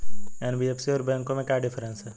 NBFC और बैंकों में क्या डिफरेंस है?